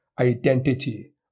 identity